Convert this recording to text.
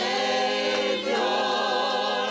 Savior